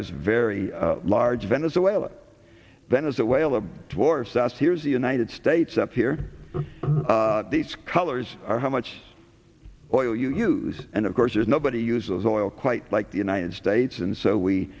is very large venezuela venezuela dwarfs us here's the united states up here these colors are how much oil you use and of course there's nobody uses oil quite like the united states and so we